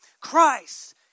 Christ